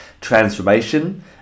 transformation